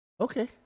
Okay